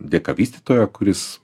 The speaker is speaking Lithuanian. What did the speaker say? dėka vystytojo kuris